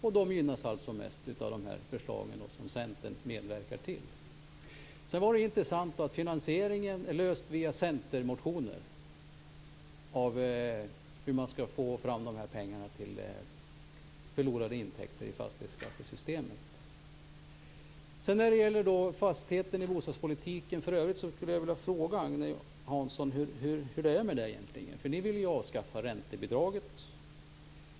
Och de gynnas alltså mest av de förslag som Centern medverkar till. Sedan var det intressant att finansieringen är löst via centermotioner. Det gäller alltså hur man skall få fram de här pengarna till förlorade intäkter i fastighetsskattesystemet. När det gäller fastigheten i bostadspolitiken i övrigt skulle jag vilja fråga Agne Hansson hur det egentligen är. Ni vill ju avskaffa räntebidraget.